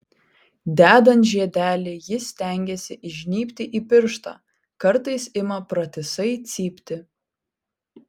dedant žiedelį ji stengiasi įžnybti į pirštą kartais ima pratisai cypti